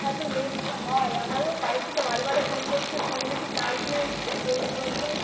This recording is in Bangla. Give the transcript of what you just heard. এতো লেট হলে হয় আমারও বাড়ি থেকে বারে বারে ফোন করছে ফোনে বেশি চার্জ নেই কী করবো বল তো